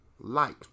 light